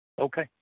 Okay